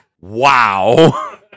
wow